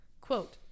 Quote